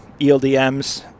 eldms